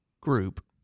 group